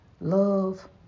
Love